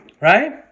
right